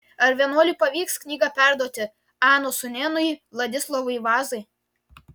ar vienuoliui pavyks knygą perduoti anos sūnėnui vladislovui vazai